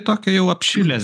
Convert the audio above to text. tokio jau apšilęs